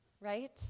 right